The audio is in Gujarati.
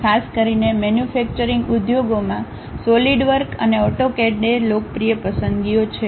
ખાસ કરીને મેન્યુફેક્ચરિંગ ઉદ્યોગોમાં સોલિડવર્ક અને AutoCAD એ લોકપ્રિય પસંદગીઓ છે